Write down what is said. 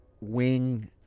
wing